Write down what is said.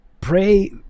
pray